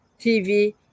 TV